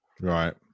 right